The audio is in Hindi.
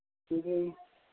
जी